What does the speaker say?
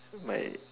my